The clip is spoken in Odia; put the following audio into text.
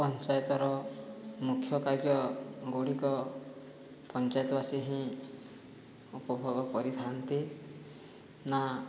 ପଞ୍ଚାୟତର ମୁଖ୍ୟ କାର୍ଯ୍ୟଗୁଡ଼ିକ ପଞ୍ଚାୟତବାସୀ ହିଁ ଉପଭୋଗ କରିଥାନ୍ତି ନା